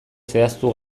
zehaztu